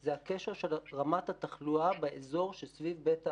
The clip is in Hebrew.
זה הקשר של רמת התחלואה באזור שסביב בית האבות.